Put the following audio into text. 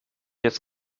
jetzt